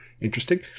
Interesting